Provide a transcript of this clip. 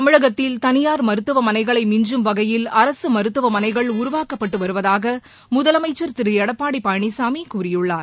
தமிழகத்தில் தனிபார் மருத்துவமனைகளை மிஞ்சும் வகையில் அரசு மருத்துவமனைகள் உருவாக்கப்பட்டு வருவதாக முதலமைச்சர் திரு எடப்பாடி பழனிசாமி கூறியுள்ளார்